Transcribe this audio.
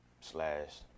slash